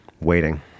waiting